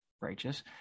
Righteous